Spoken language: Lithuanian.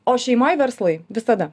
o šeimoj verslai visada